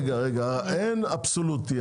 אין אבסולוטי.